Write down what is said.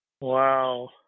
Wow